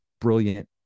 brilliant